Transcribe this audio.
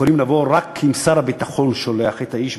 יכולים לבוא רק אם שר הביטחון שולח את האיש,